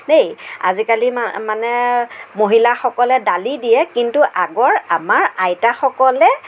দেই আজিকালি মা মানে মহিলাসকলে দালি দিয়ে কিন্তু আগৰ আমাৰ আইতাসকলে